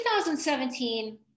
2017